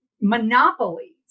monopolies